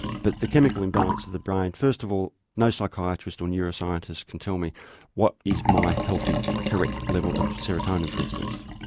but the chemical imbalance in the brain first of all no psychiatrist or neuroscientist can tell me what is my healthy correct level of serotonin for instance.